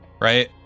right